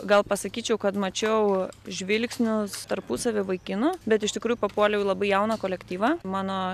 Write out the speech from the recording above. gal pasakyčiau kad mačiau žvilgsnius tarpusavy vaikinų bet iš tikrųjų papuoliau į labai jauną kolektyvą mano